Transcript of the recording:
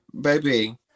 baby